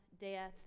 death